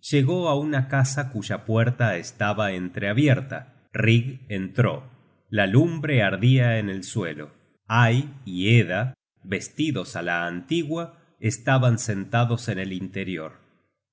llegó á una casa cuya puerta estaba entreabierta rig entró la lumbre ardia en el suelo ai y edda vestidos á la antigua estaban sentados en el interior